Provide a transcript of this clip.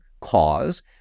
cause